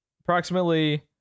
Approximately